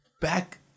back